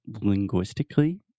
linguistically